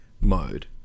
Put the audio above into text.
mode